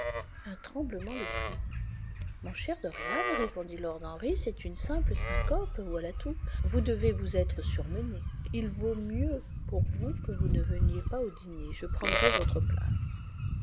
un tremblement le prit mon cher dorian répondit lord henry c'est une simple syncope voilà tout vous devez vous être surmené il vaut mieux pour vous que vous ne veniez pas au dîner je prendrai votre place